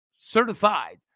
certified